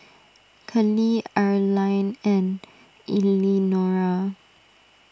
Kellie Arline and Eleanora